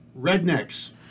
rednecks